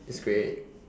it's great